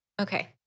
Okay